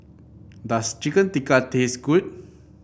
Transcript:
does Chicken Tikka taste good